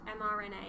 mRNA